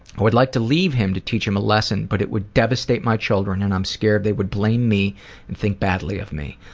i would like to leave him to teach him a lesson but it would devastate my children and i'm scared that they would blame me and think badly of me.